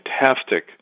fantastic